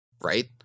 right